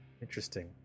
Interesting